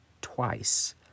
twice